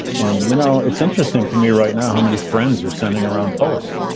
and, you know, it's interesting to me right now how many friends are sending around poetry.